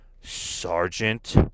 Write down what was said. Sergeant